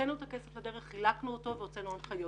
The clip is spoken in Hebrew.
הוצאנו את הכסף הזה, חילקנו אותו והוצאנו הנחיות.